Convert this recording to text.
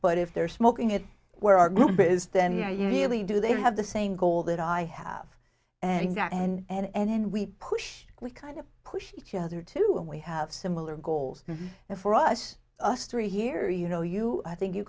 but if they're smoking it where our group is then yeah you really do they have the same goal that i have and got and then we push we kind of push each other to and we have similar goals and for us us three year you know you i think you